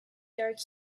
dark